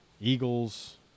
Eagles